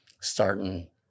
starting